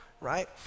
Right